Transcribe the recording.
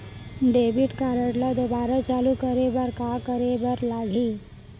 Debit card ला दोबारा चालू करे बर का करे बर लागही?